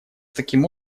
таким